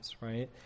right